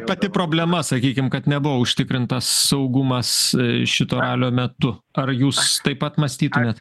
pati problema sakykim kad nebuvo užtikrintas saugumas šito ralio metu ar jūs taip pat mąstytumėt